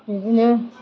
बिदिनो